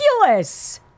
ridiculous